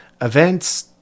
Events